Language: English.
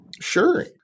Sure